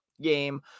game